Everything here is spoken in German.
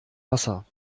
wasser